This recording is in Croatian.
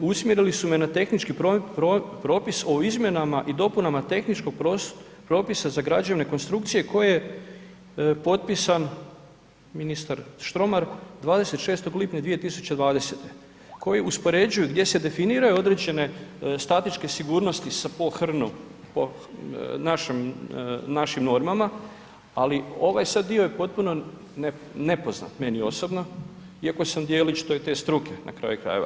Usmjerili su me na tehnički propis o izmjenama i dopunama tehničkog propisa za građevne konstrukcije koji je potpisao ministar Štromar 26. lipnja 2020. koji uspoređuju gdje se definiraju određene statičke sigurnosti po HRNU po našim normama, ali ovaj sada dio je potpuno nepoznat meni nepoznat iako sa djelić te struke na kraju krajeva.